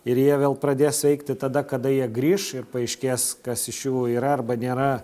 ir jie vėl pradės veikti tada kada jie grįš ir paaiškės kas iš jų yra arba nėra